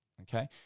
Okay